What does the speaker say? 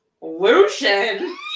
lucian